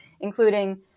including